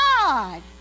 God